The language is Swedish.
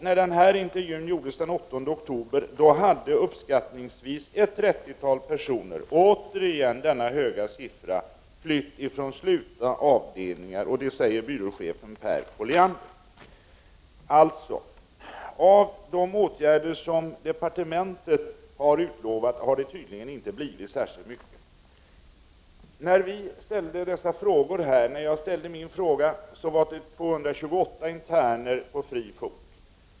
När den här intervjun gjordes den 8 oktober hade uppskattningsvis ett trettiotal personer, återigen denna höga siffra, flytt från slutna avdelningar enligt byråchef Per Colliander. Det har alltså inte blivit särskilt mycket av de åtgärder som departementet har utlovat. När jag ställde min fråga var 228 interner på fri fot.